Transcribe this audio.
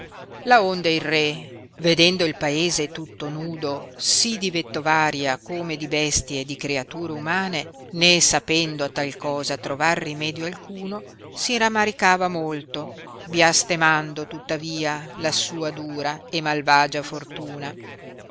ardisse laonde il re vedendo il paese tutto nudo sì di vittovaria come di bestie e di creature umane né sapendo a tal cosa trovar rimedio alcuno si ramaricava molto biastemando tuttavia la sua dura e malvagia fortuna